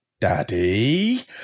Daddy